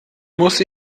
muss